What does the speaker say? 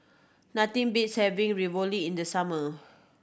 nothing beats having Ravioli in the summer